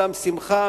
אולם שמחה,